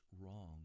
wrong